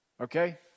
okay